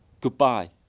Goodbye